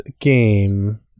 game